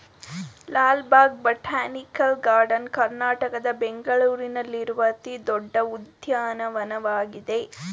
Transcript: Lal Bagh botanical garden ಕರ್ನಾಟಕದ ಬೆಂಗಳೂರಿನಲ್ಲಿರುವ ಅತಿ ದೊಡ್ಡ ಉದ್ಯಾನವನವಾಗಿದೆ